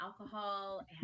alcohol